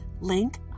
link